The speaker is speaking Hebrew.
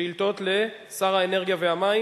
שאילתות לשר האנרגיה והמים.